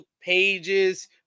pages